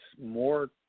more